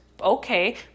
Okay